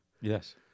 Yes